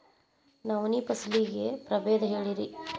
ನವಣಿ ಫಸಲಿನ ಪ್ರಭೇದ ಹೇಳಿರಿ